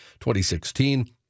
2016